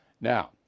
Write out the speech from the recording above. Now